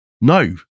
No